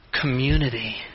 community